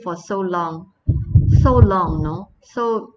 for so long so long you know so